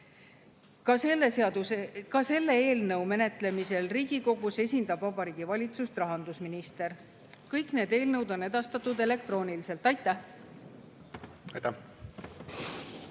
Ka selle eelnõu menetlemisel Riigikogus esindab Vabariigi Valitsust rahandusminister. Kõik need eelnõud on edastatud elektrooniliselt. Aitäh! Austatud